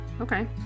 okay